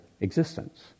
existence